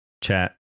chat